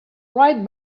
right